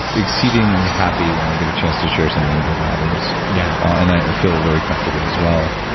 exceedingly happy when i get a chance to share something that matters, yeah and i feel very comfortable as well.